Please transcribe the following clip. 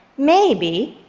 maybe,